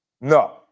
No